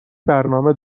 برنامه